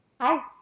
Hi